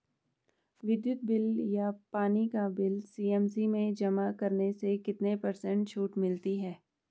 विद्युत बिल या पानी का बिल सी.एस.सी में जमा करने से कितने पर्सेंट छूट मिलती है?